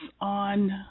on